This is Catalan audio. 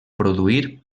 produir